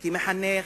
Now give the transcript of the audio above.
כמחנך.